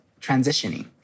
transitioning